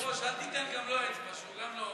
אדוני היושב-ראש, אל תיתן גם לו אצבע, שהוא גם לא,